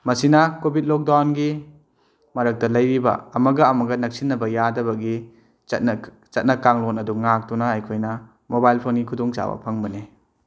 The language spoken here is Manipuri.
ꯃꯁꯤꯅ ꯀꯣꯚꯤꯠ ꯂꯣꯛꯗꯥꯎꯟꯒꯤ ꯃꯔꯛꯇ ꯂꯩꯔꯤꯕ ꯑꯃꯒ ꯑꯃꯒ ꯅꯛꯁꯤꯟꯅꯕ ꯌꯥꯗꯕꯒꯤ ꯆꯠꯅ ꯆꯠꯅ ꯀꯥꯡꯂꯣꯟ ꯑꯗꯨ ꯉꯥꯛꯇꯨꯅ ꯑꯩꯈꯣꯏꯅ ꯃꯣꯕꯥꯏꯜ ꯐꯣꯟꯒꯤ ꯈꯨꯗꯣꯡ ꯆꯥꯕ ꯐꯪꯕꯅꯤ